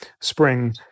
spring